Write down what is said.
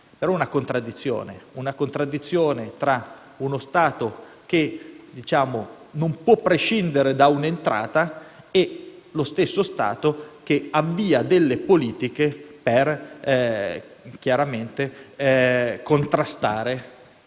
ed enti locali. Vi è una contraddizione tra uno Stato che non può prescindere da un'entrata e lo stesso Stato che avvia delle politiche per contrastare